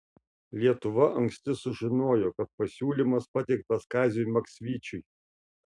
lietuva anksti sužinojo kad pasiūlymas pateiktas kaziui maksvyčiui